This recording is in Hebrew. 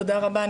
תודה רבה.